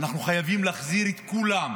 אנחנו חייבים להחזיר את כולם,